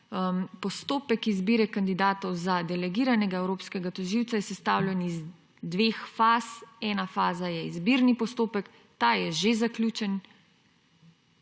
postopek izbire kandidatov za delegiranega evropskega tožilca je sestavljen iz dveh faz. Ena faza je izbirni postopek, ta je že zaključen,